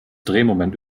drehmoment